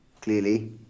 clearly